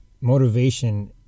motivation